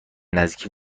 نزدیکی